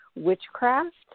witchcraft